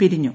പിരിഞ്ഞു